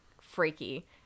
freaky